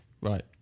Right